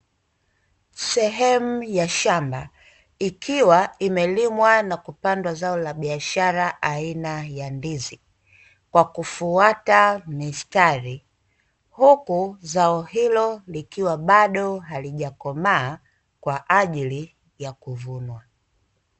Sehemu ya shamba ikiwa imelimwa na kupandwa zao la biashara aina ya ndizi, kwa kufuata mistari, huku zao hilo likiwa bado halijakomaa kwa ajili ya kuvunwa.